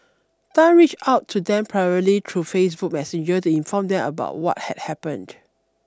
Tan reached out to them privately through Facebook Messenger to inform them about what had happened